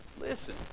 Listen